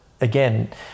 again